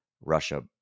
Russia